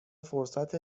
فرصت